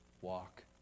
walk